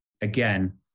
again